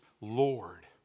Lord